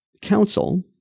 Council